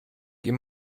geh